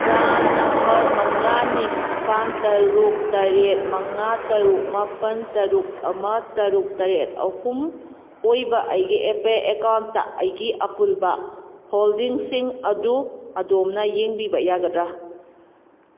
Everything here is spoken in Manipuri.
ꯄ꯭ꯔꯥꯟ ꯅꯝꯕꯔ ꯃꯉꯥ ꯅꯤꯄꯥꯟ ꯇꯔꯨꯛ ꯇꯔꯦꯠ ꯃꯉꯥ ꯇꯔꯨꯛ ꯃꯥꯄꯟ ꯇꯔꯨꯛ ꯑꯃ ꯇꯔꯨꯛ ꯇꯔꯦꯠ ꯑꯍꯨꯝ ꯑꯣꯏꯕ ꯑꯩꯒꯤ ꯑꯦꯄꯦ ꯑꯦꯀꯥꯎꯟꯇ ꯑꯩꯒꯤ ꯑꯄꯨꯟꯕ ꯍꯣꯜꯗꯤꯡꯁꯤꯡ ꯑꯗꯨ ꯑꯗꯣꯝꯅ ꯌꯦꯡꯕꯤꯕ ꯌꯥꯒꯗ꯭ꯔꯥ